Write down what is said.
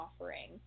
offering